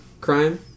Crime